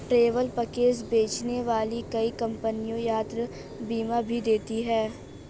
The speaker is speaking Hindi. ट्रैवल पैकेज बेचने वाली कई कंपनियां यात्रा बीमा भी देती हैं